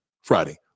Friday